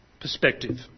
perspective